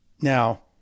Now